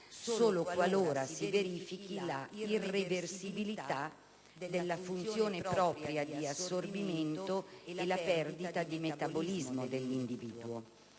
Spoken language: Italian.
solo qualora si verifichi l'irreversibilità della funzione propria di assorbimento e la perdita del metabolismo dell'individuo.